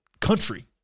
country